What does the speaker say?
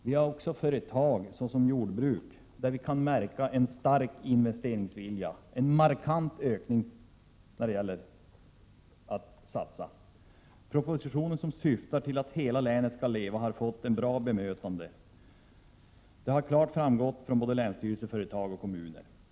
Vi har också företag, såsom jordbruk, där vi kan märka en stark investeringsvilja, en markant ökning när det gäller viljan att satsa. Propositionen, som syftar till att hela länet skall leva, har fått ett bra bemötande. Det har klart framgått från länsstyrelse, företag och kommuner.